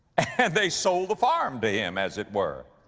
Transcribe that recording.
and they sold the farm to him as it were.